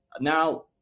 now